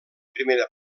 primera